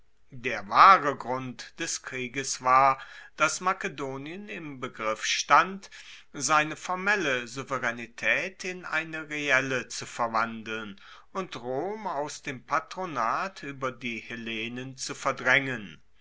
der wahre grund des krieges war dass makedonien im begriff stand seine formelle souveraenitaet in eine reelle zu verwandeln und rom aus dem patronat ueber die hellenen zu verdraengen